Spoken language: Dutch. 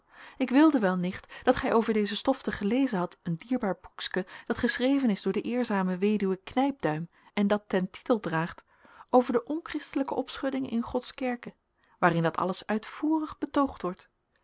ik wilde wel nicht dat gij over deze stofte gelezen hadt een dierbaar boekske dat geschreven is door de eerzame weduwe knijpduim en dat ten titel draagt over de onchristelijke opschuddinge in gods kerke waarin dat alles uitvoerig betoogd wordt